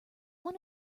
one